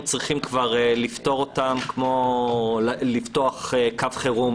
צריכים לפתור אותם כמו לפתוח קו חירום.